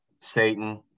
Satan